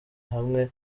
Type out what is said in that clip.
hamwe